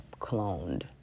cloned